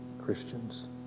Christians